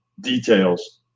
details